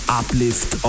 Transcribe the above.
uplift